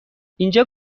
اینجا